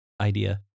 idea